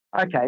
Okay